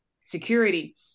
security